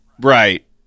Right